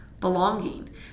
belonging